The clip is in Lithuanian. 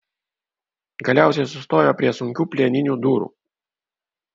galiausiai sustojo prie sunkių plieninių durų